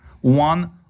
one